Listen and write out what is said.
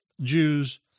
Jews